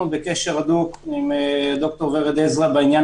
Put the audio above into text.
אנחנו בקשר הדוק עם ד"ר ורד עזרא בעניין